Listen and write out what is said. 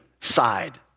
side